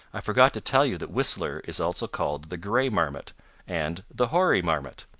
i forgot to tell you that whistler is also called the gray marmot and the hoary marmot.